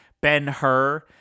Ben-Hur